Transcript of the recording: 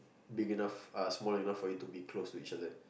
big enough uh small enough to be close to each other